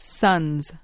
sons